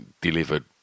delivered